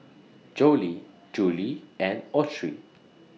Jolie Julie and Autry